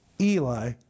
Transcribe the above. Eli